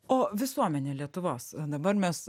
o visuomenė lietuvos dabar mes